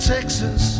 Texas